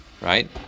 right